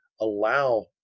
allow